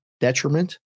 detriment